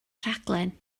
rhaglen